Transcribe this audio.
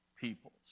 peoples